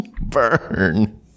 Burn